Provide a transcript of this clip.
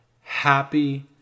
Happy